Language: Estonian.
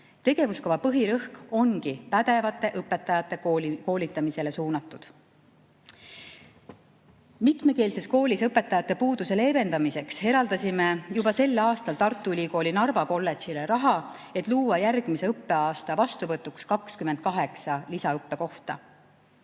Tegevuskava põhirõhk ongi pädevate õpetajate koolitamisele suunatud. Mitmekeelses koolis õpetajate puuduse leevendamiseks eraldasime juba sel aastal Tartu Ülikooli Narva kolledžile raha, et luua järgmise õppeaasta vastuvõtuks 28 lisaõppekohta.